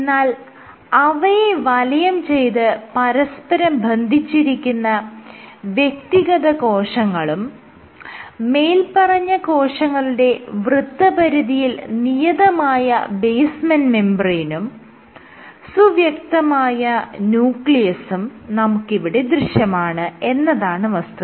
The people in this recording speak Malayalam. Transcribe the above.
എന്നാൽ അവയെ വലയം ചെയ്ത് പരസ്പരം ബന്ധിച്ചിരിക്കുന്ന വ്യക്തിഗത കോശങ്ങളും മേല്പറഞ്ഞ കോശങ്ങളുടെ വൃത്തപരിധിയിൽ നിയതമായ ബേസ്മെന്റ് മെംബ്രേയ്നും സുവ്യക്തമായ ന്യൂക്ലിയസും നമുക്കിവിടെ ദൃശ്യമാണ് എന്നതാണ് വസ്തുത